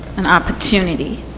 an opportunity.